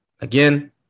Again